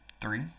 three